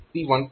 0 થી P1